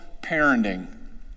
parenting